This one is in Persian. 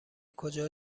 کجا